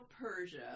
Persia